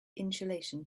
insulation